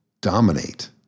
dominate